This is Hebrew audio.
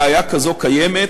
בעיה כזו קיימת.